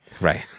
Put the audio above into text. Right